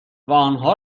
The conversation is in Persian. آنها